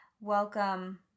Welcome